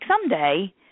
someday